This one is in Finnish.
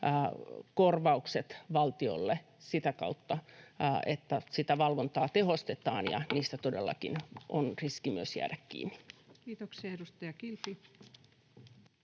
korvaukset valtiolle sitä kautta, että sitä valvontaa tehostetaan ja niistä todellakin on riski myös jäädä kiinni. Kiitoksia. — Edustaja Kilpi.